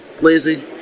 lazy